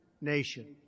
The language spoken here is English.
nation